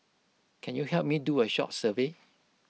can you help me do A short survey